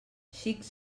xics